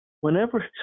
whenever